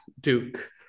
Duke